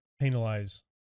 penalize